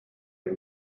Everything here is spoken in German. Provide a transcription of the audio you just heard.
wir